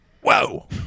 Whoa